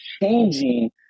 changing